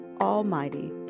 Almighty